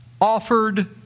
offered